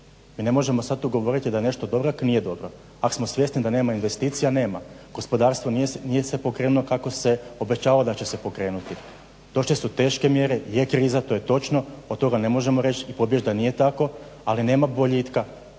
Mi ne možemo sad tu govoriti da je nešto dobro ako nije dobro, ako smo svjesni da nema investicija. Gospodarstvo nije se pokrenulo kako se obećavalo da će se pokrenuti. Došle su teške mjere, je kriza to je točno od toga ne možemo pobjeći i reći da nije tako, ali nema boljitka.